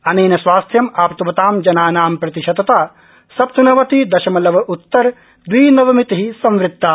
अनेन स्वास्थ्यम् आप्तवतां जनानां प्रतिशतता सप्तनवति दशमलवोत्तर द्वि नव मिति संवृत्ता